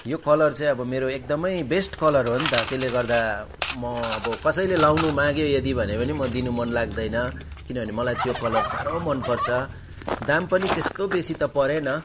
यो कलर चाहिँ अब मेरो एकदमै बेस्ट कलर हो नि त त्यसले गर्दा म अब कसैले लाउनु माग्यो यदि भने पनि म दिनु मन लाग्दैन किनभने मलाई त्यो कलर साह्रो मन पर्छ दाम पनि त्यस्तो बेसी त परेन